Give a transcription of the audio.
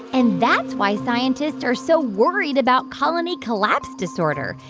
and that's why scientists are so worried about colony collapse disorder.